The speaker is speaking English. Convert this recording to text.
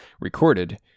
recorded